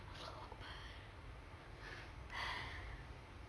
allahuakbar !hais!